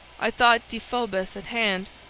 i thought deiphobus at hand,